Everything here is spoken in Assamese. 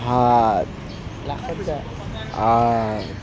সাত আঠ